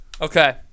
Okay